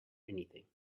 anything